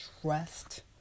Trust